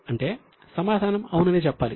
అంటే సమాధానం అవును అని చెప్పాలి